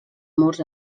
murs